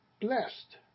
blessed